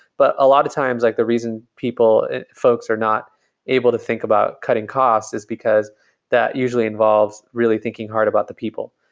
but a lot of times like the reason and folks are not able to think about cutting costs is because that usually involves really thinking hard about the people,